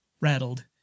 Rattled